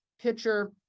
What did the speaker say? Pitcher